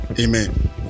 Amen